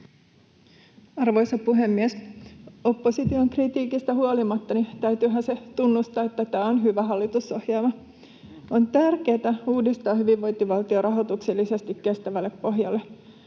Arvoisa puhemies! Opposition kritiikistä huolimatta täytyyhän se tunnustaa, että tämä on hyvä hallitusohjelma. On tärkeätä uudistaa hyvinvointivaltio rahoituksellisesti kestävälle pohjalle.